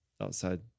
outside